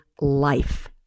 life